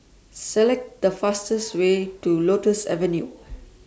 Select The fastest Way to Lotus Avenue